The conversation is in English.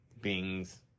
beings